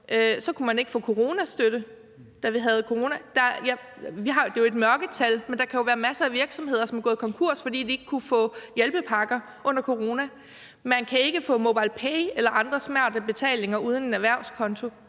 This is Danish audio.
så kunne man ikke få coronastøtte, da vi havde corona. Der er jo et mørketal her, men der kan være masser af virksomheder, der er gået konkurs, fordi de ikke kunne få hjælpepakker under corona. Man kan ikke benytte MobilePay eller andre smarte betalingsformer uden at have en erhvervskonto.